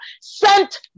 sent